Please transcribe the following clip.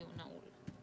הדיון נעול.